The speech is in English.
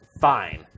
fine